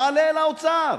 נעלה אל האוצר.